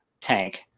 tank